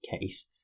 case